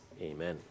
Amen